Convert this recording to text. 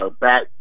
back